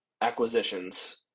acquisitions